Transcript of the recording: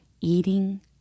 eating